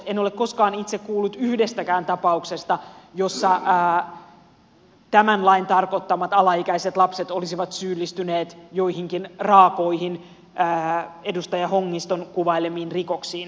en ole koskaan itse kuullut yhdestäkään tapauksesta jossa tämän lain tarkoittamat alaikäiset lapset olisivat syyllistyneet joihinkin raakoihin edustaja hongiston kuvailemiin rikoksiin suomessa